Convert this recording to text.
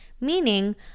Meaning